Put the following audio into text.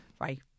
Right